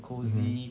mmhmm